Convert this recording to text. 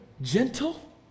Gentle